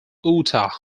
utah